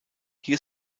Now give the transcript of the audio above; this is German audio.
hier